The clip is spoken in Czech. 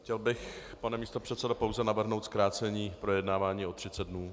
Chtěl bych, pane místopředsedo, pouze navrhnout zkrácení projednávání o 30 dnů.